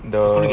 the